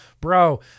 Bro